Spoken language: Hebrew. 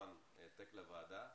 כמובן עם העתק לוועדה